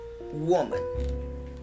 woman